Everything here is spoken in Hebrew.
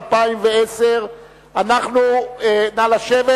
נא לשבת.